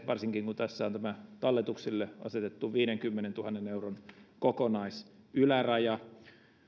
varsinkin kun tässä on tämä talletuksille asetettu viidenkymmenentuhannen euron kokonaisyläraja